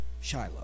Shiloh